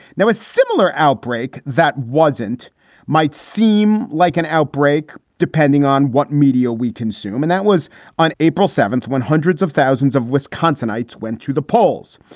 now, a similar outbreak that wasn't might seem like an outbreak, depending on what media we consume. and that was on april seventh when hundreds of thousands of wisconsinites went to the polls.